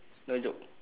no joke